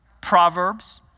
Proverbs